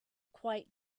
quite